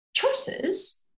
Choices